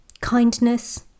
kindness